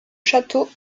château